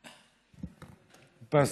איפסנו.